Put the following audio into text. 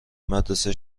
مدرسه